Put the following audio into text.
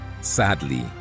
Sadly